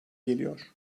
geliyor